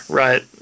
right